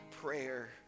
prayer